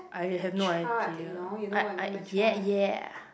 I have no idea I I ya ya